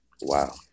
Wow